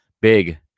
big